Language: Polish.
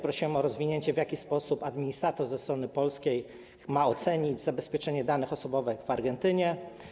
Prosiłem o rozwinięcie, w jaki sposób administrator ze strony polskiej ma ocenić zabezpieczenie danych osobowych w Argentynie.